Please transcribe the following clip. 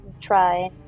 Try